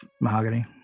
Mahogany